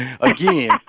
again